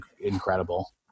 incredible